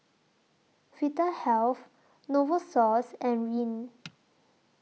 Vitahealth Novosource and Rene